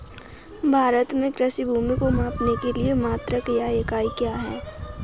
भारत में कृषि भूमि को मापने के लिए मात्रक या इकाई क्या है?